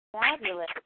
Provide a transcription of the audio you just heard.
Fabulous